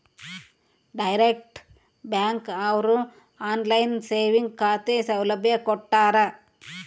direct bank ಅವ್ರು online saving ಖಾತೆ ಸೌಲಭ್ಯ ಕೊಟ್ಟಾರ